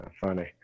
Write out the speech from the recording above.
funny